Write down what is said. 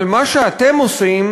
אבל מה שאתם עושים,